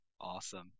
Awesome